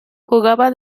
jugaba